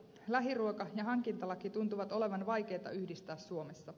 lähiruoka ja hankintalaki tuntuvat olevan vaikeita yhdistää suomessa